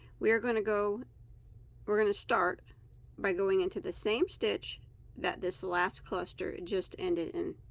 we are going to go we're going to start by going into the same stitch that this last cluster it just ended in.